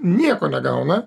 nieko negauna